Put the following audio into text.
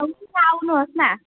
आउनु न आउनु होस् न